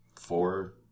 four